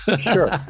sure